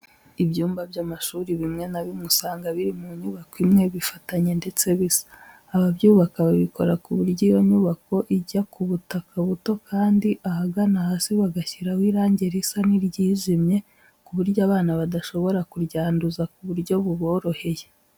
Ibyumba by'amashuri bimwe na bimwe usanga biri mu nyubako imwe bifatanye ndetse bisa. Ababyubaka babikora ku buryo iyo nyubako ijya ku butaka buto kandi ahagana hasi bagashyiraho irange risa n'iryijimye, ku buryo abana badashobora kuryanduza ku buryo buboroheye.